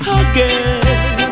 again